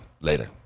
Later